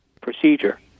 procedure